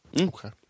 Okay